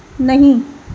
نہیں